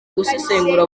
gusesengura